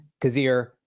Kazir